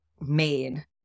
made